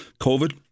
covid